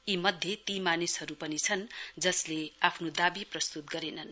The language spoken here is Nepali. यी मध्ये ती मानिसहरु पनि छन् जसले आफ्नो दावी प्रस्तुत गरेनन्